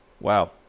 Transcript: Wow